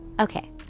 Okay